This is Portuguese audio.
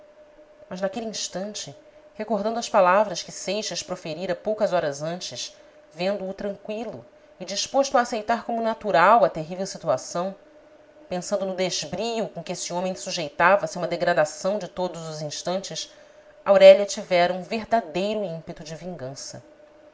mas naquele instante recordando as palavras que seixas proferira poucas horas antes vendo-o tranqüilo e disposto a aceitar como natural a terrível situação pensando no desbrio com que esse homem sujeitava se a uma degradação de todos os instantes aurélia tivera um verdadeiro ímpeto de vingança